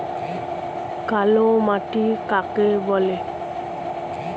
কালোমাটি কাকে বলে?